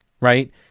right